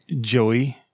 Joey